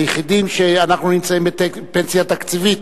היחידים שאנחנו נמצאים בפנסיה תקציבית,